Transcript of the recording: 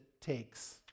takes